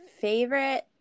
favorite